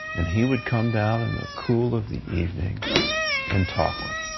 and he would come down in the cool of the evening and talk with